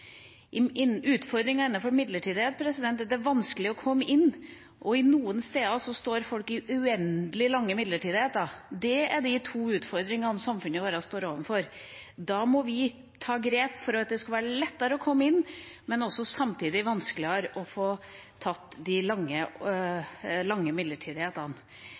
komme inn, og noen steder er folk uendelig lenge i midlertidighet. Det er de to utfordringene samfunnet vårt står overfor. Da må vi ta grep for at det skal være lettere å komme inn – og samtidig vanskeligere å få tatt de lange midlertidighetene.